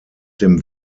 dem